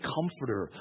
Comforter